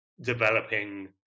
developing